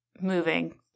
moving